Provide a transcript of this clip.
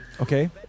okay